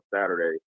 Saturday